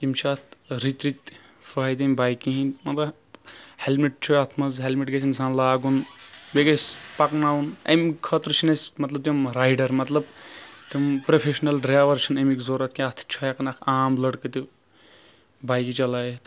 یِم چھِ اَتھ رٔتۍ رٔتۍ فٲیدٕ یِم بایکہِ ہٕنٛدۍ مطلب ہیلمٹ چھُ اَتھ منٛز ہیلمٹ گژھِ اِنسان لاگُن بیٚیہِ گژھِ پَکناوُن اَمہِ خٲطرٕ چھُ نہٕ اَسہِ مطلب تِم رایڈر مطلب تِم پروفیٚشنَل ڈرایور چھِ نہٕ اَمِک ضروٗرت کیٚنٛہہ اَتھ چھِ ہیکان اَتھ عام لڑکہٕ تہِ بایکہِ چلٲیِتھ